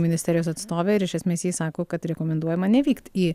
ministerijos atstovę ir iš esmės ji sako kad rekomenduojama nevykt į